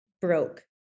broke